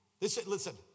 Listen